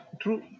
True